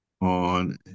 on